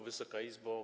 Wysoka Izbo!